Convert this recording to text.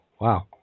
Wow